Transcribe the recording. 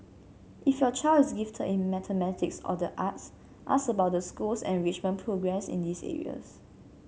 if your child is gifted in mathematics or the arts ask about the school's enrichment programmes in these areas